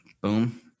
boom